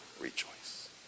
rejoice